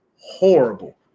horrible